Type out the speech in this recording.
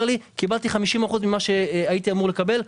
לי: קיבלתי 50% ממה שהייתי אמור לקבל.